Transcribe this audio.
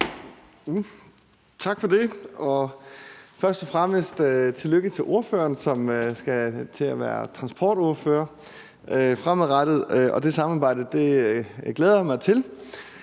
Tak for det. Og først og fremmest tillykke til ordføreren, som skal til at være transportordfører fremadrettet. Det samarbejde glæder jeg mig til.